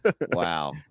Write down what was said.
Wow